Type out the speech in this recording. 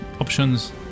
options